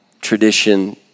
tradition